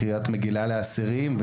קריאת מגילה לאסירים,